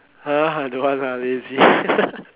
!huh! I don't want lah I lazy